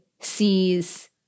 sees